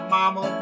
Mama